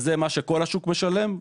זה מה שכל השוק משלם.